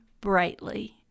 brightly